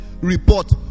report